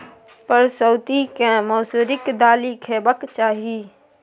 परसौती केँ मसुरीक दालि खेबाक चाही